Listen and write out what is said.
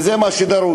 וזה מה שדרוש.